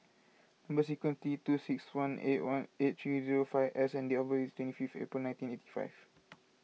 Number Sequence is T two six one eight three zero five S and date of birth is twenty five April nineteen eighty five